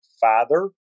father